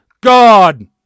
God